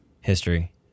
history